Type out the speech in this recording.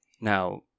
Now